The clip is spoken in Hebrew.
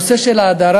הנושא של ההדרה,